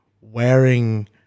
wearing